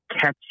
catch